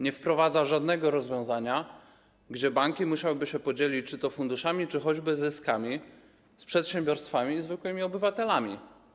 Nie wprowadza żadnego rozwiązania, gdzie banki musiałyby się podzielić czy to funduszami, czy choćby zyskami z przedsiębiorstwami i zwykłymi obywatelami.